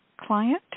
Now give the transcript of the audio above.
client